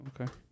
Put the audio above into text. Okay